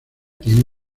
tiene